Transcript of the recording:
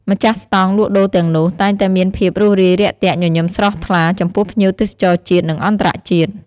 ម្ចាស់ស្តង់លក់ដូរទាំងនោះ តែងតែមានភាពរួសរាយរាក់ទាក់ញញឹមស្រស់ថ្លាចំពោះភ្ញៀវទេសចរជាតិ និងអន្តរជាតិ។